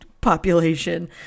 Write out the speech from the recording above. population